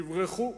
תברחו.